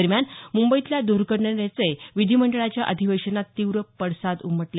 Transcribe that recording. दरम्यान मुंबईतल्या दर्घटनेचे विधीमंडळाच्या अधिवेशनात तीव्र पडसाद उमटले